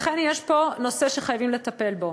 לכן יש פה נושא שחייבים לטפל בו